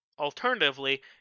Alternatively